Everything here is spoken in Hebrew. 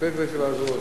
להסתפק בתשובה זו או,